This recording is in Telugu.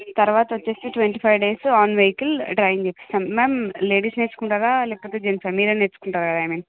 తర్వాత వచ్చేసి twenty five days on vehicle driving ఇప్పిస్తాము మ్యామ్ లేడీస్ నేర్చుకుంటారా జెంట్సా మీరే నేర్చుకుంటారా అయ్ మీన్